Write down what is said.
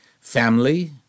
Family